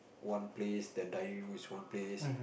one place the dinning room is one place